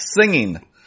singing